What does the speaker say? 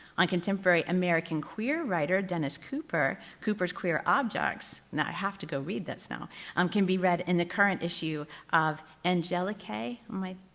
on contemporary american queer writer dennis cooper, cooper's queer objects, now i have to go read this now um can be read in the current issue of angelica. um like